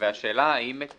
והשאלה: האם את